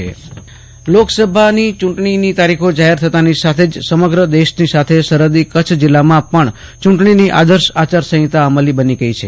આશુતોષ અંતાણી કચ્છ ચુંટણી અધિકારી લોકસભાની યુંટણીઓની તારીખો જાહેર થવાની સાથે સમગ્ર દેશની સાથે સરહદી કચ્છ જીલ્લામાં પણ ચુંટણીની આદર્શ આચાર સંહિતા અમલી બની ગઈ છે